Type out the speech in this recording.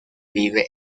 vive